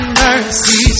mercy